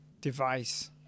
device